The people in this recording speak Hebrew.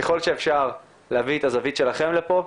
ככל שאפשר, להביא את הזווית שלכם לפה.